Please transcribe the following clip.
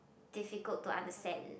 difficult to understand